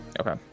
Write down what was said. Okay